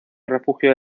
refugio